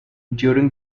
during